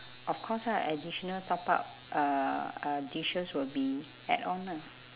of course lah additional top up uh uh dishes will be add on lah